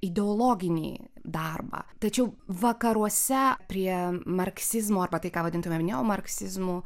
ideologinį darbą tačiau vakaruose prie marksizmo arba tai ką vadintumėm neomarksizmu